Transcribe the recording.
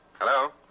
Hello